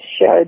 showed